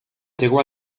llegó